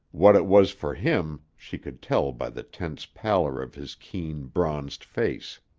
what it was for him, she could tell by the tense pallor of his keen, bronzed face.